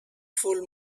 full